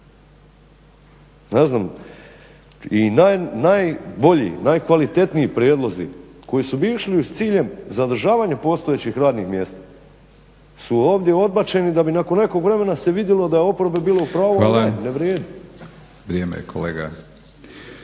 i najbolji i najkvalitetniji prijedlozi koji su išli s ciljem zadržavanja postojećih radnih mjesta su ovdje odbačeni da bi nakon nekog vremena se vidjelo da je oporba bila u pravu, da, ne vrijedi.